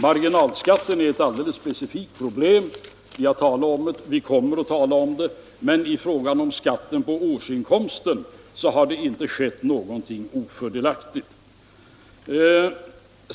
Marginalskatten är ett alldeles specifikt problem. Vi har talat om det och vi kommer att tala om det, men i fråga om skatten på årsinkomsten har det inte skett någonting ofördelaktigt.